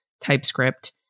TypeScript